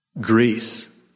Greece